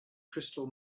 crystal